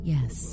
Yes